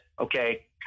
Okay